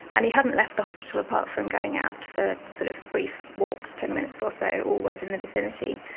and he hadn't left the hospital apart from going out for sort of briefs walks, ten minutes or so, always in the vicinity.